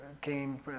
came